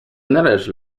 należy